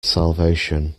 salvation